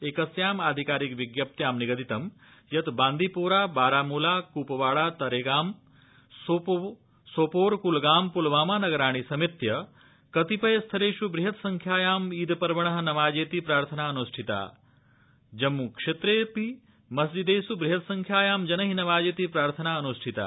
एकस्याम् अधिकारिक विज्ञप्त्यां निगदित यत् बांदीपोरा बारामूला कुपवाड़ा तरेगाम सोपोर कुलगाम पुलवामा नगराणि समेत्य कतिपय स्थलेष् बृहदसंख्यायां ईदपर्वण नमाजेति प्रार्थना अन्ष्टिता जम्मूक्षेत्रेऽपि मस्जिदेष् वृदसंख्यायां जनामाजेति प्रार्थना अनुष्ठिता